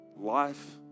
life